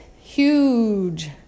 huge